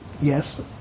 yes